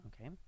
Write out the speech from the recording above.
Okay